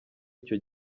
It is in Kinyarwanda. icyo